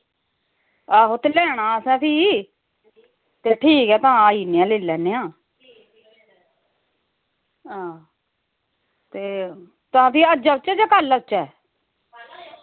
आहो ते लैना ऐ असें फ्ही ते ठीक ऐ तां आई जन्ने आं लेई लैन्ने आं हां ते तां फ्ही अज्ज औचै जां कल औचै